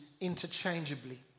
interchangeably